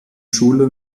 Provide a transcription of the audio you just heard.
schule